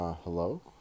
Hello